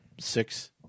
six